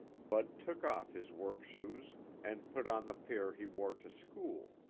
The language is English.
bud took off his work shoes and put on the pair he wore to school.